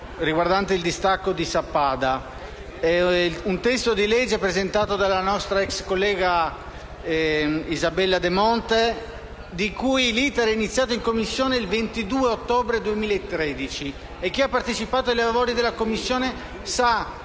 provvedimento sul distacco di Sappada, un testo presentato dalla nostra ex collega Isabella De Monte, il cui *iter* è iniziato in Commissione il 22 ottobre 2013. Chi ha partecipato ai lavori della Commissione conosce